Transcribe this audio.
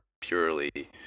purely